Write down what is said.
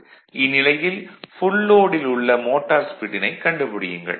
இந்நிலையில் ஃபுல் லோடில் உள்ள மோட்டார் ஸ்பீடினைக் கண்டுபிடியுங்கள்